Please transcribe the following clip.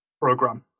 program